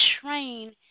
train